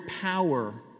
power